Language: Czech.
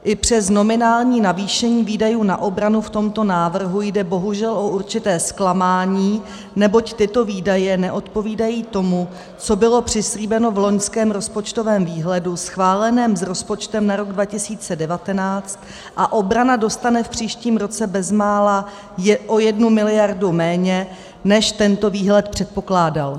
I přes nominální navýšení výdajů na obranu v tomto návrhu jde bohužel o určité zklamání, neboť tyto výdaje neodpovídají tomu, co bylo přislíbeno v loňském rozpočtovém výhledu schváleném s rozpočtem na rok 2019, a obrana dostane v příštím roce bezmála o jednu miliardu méně, než tento výhled předpokládal...